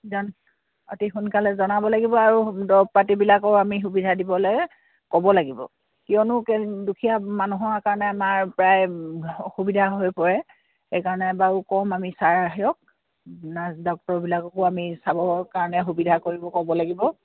এজন অতি সোনকালে জনাব লাগিব আৰু দৰব পাতিবিলাকো আমি সুবিধা দিবলৈ ক'ব লাগিব কিয়নো দুখীয়া মানুহৰ কাৰণে আমাৰ প্ৰায় অসুবিধা হৈ পৰে সেইকাৰণে বাৰু কম আমি ছাৰ আহক নাৰ্ছ ডক্টৰবিলাককো আমি চাবৰ কাৰণে সুবিধা কৰিব ক'ব লাগিব